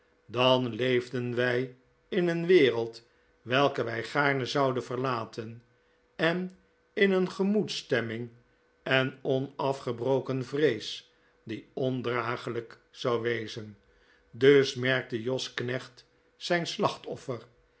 dan leefden wij in een wereld welke wij gaarne zouden verlaten en in een gemoedsstemming en onafgebroken vrees die ondragelijk zou wezen dus merkte jos knecht zijn slachtoffer